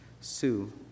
Sue